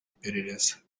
iperereza